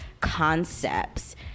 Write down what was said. concepts